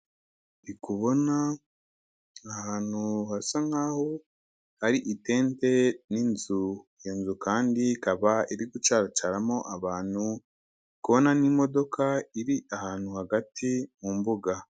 Ndi kubona ahantu hasa nkaho ahari itente n'inzu, inzu kandi ikaba iri gucaracaramo abantu, ndi kubona n'imodoka iri ahantu hagati mu mbuga.